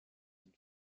and